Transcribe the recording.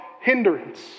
hindrance